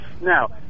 Now